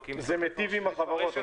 זה מטיב עם החברות.